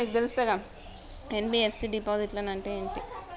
NBFC డిపాజిట్లను అంటే ఏంటి?